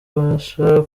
abasha